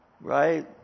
Right